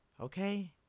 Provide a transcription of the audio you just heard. Okay